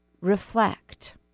reflect